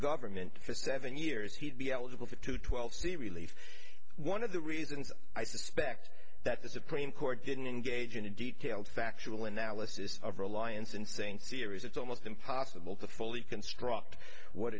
government for seven years he'd be eligible for to twelve c relief one of the reasons i suspect that the supreme court didn't engage in a detailed factual analysis of reliance insane series it's almost impossible to fully construct what